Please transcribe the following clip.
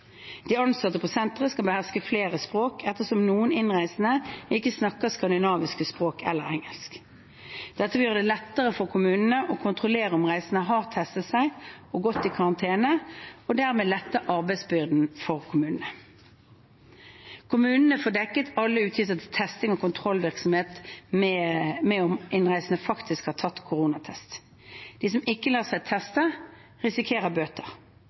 de reisende. De ansatte på senteret skal beherske flere språk, ettersom noen innreisende ikke snakker skandinaviske språk eller engelsk. Dette vil gjøre det lettere for kommunene å kontrollere om reisende har testet seg og gått i karantene, og dermed lette arbeidsbyrden for kommunene. Kommunene får dekket alle utgifter til testing og kontroll av om innreisende faktisk har tatt en koronatest. De som ikke lar seg teste, risikerer bøter.